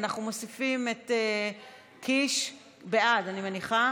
אנחנו מוסיפים את קיש, בעד, אני מניחה.